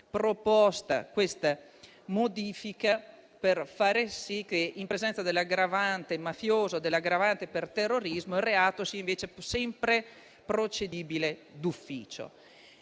proposta una modifica per far sì che, in presenza dell'aggravante mafiosa o per terrorismo, il reato sia sempre procedibile d'ufficio.